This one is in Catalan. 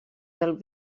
del